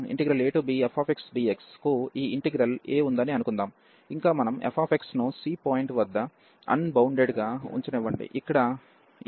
ఇంకా మనం f ను c పాయింట్ వద్ద అన్బౌండెడ్ గా ఉంచనివ్వండి ఇక్కడ ఇది acb